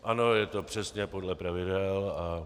Ano, je to přesně podle pravidel.